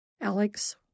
Alex